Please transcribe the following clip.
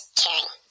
caring